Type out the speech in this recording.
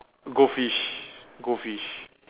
goldfish goldfish